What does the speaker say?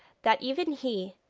that even he,